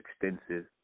extensive